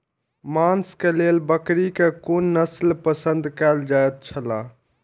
मांस के लेल बकरी के कुन नस्ल पसंद कायल जायत छला?